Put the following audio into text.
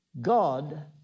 God